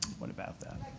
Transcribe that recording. what about that?